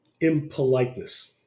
impoliteness